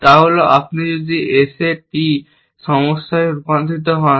তা হল আপনি যদি S A T সমস্যায় রূপান্তরিত হন